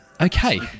Okay